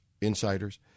insiders